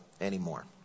anymore